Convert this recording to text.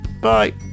Bye